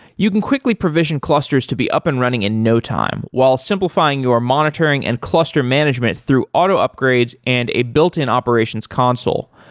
you can quickly provision clusters to be up and running in no time while simplifying your monitoring and cluster management through auto upgrades and a built-in operations console.